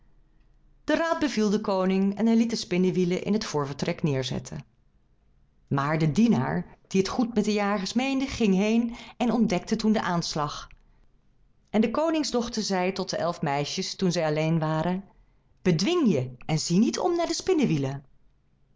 de raad beviel de koning en hij liet de spinnewielen in het voorvertrek neerzetten maar de dienaar die het goed met de jagers meende ging heen en ontdekte toen den aanslag en de koningsdochter zei tot de elf meisjes toen zij alleen waren bedwing je en zie niet om naar de